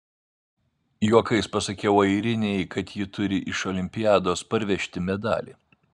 juokais pasakiau airinei kad ji turi iš olimpiados parvežti medalį